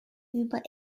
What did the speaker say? über